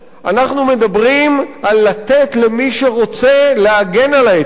אנחנו מדברים על לתת למי שרוצה להגן על העצים,